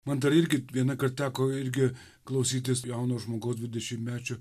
man dar irgi vienąkart teko irgi klausytis jauno žmogaus dvidešimtmečio